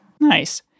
Nice